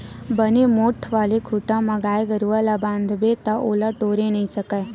बने मोठ्ठ वाले खूटा म गाय गरुवा ल बांधबे ता ओला टोरे नइ सकय